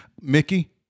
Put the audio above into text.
Mickey